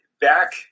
back